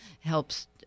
helps